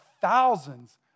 thousands